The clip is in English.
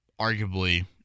arguably